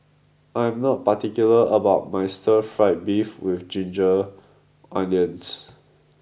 I am not particular about my Stir Fried Beef with Ginger Onions